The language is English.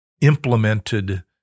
implemented